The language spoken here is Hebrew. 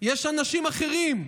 יש "אנשים אחרים".